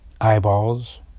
eyeballs